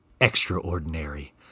extraordinary